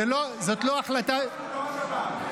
זאת לא החלטה --- זו לא החלטה של שב"כ.